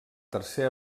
tercer